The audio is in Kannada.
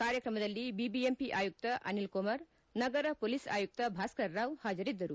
ಕಾರ್ಯಕ್ರಮದಲ್ಲಿ ಬಿಬಿಎಂಪಿ ಆಯುಕ್ತ ಅನಿಲ್ ಕುಮಾರ್ ನಗರ ಪೊಲೀಸ್ ಆಯುಕ್ತ ಭಾಸ್ಕರ್ರಾವ್ ಹಾಜರಿದ್ದರು